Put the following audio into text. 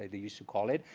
they they used to call it.